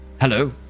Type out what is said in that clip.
Hello